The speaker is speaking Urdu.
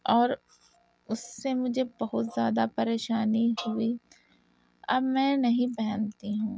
اور اس سے مجھے بہت زیادہ پریشانی ہوئی اب میں نہیں پہنتی ہوں